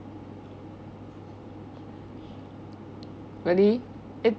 really it